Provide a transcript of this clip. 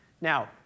Now